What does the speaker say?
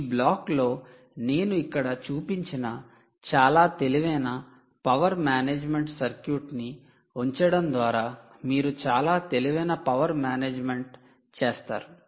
ఈ బ్లాక్ లో నేను ఇక్కడ చూపించిన చాలా తెలివైన పవర్ మేనేజ్మెంట్ సర్క్యూట్ ను ఉంచడం ద్వారా మీరు చాలా తెలివైన పవర్ మేనేజ్మెంట్ చేస్తారు